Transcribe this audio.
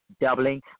doubling